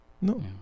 No